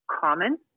common